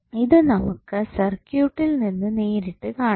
ഇത് നമുക്ക് സർക്യൂട്ടിൽ നിന്ന് നേരിട്ട് കാണാം